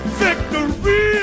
victory